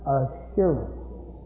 assurances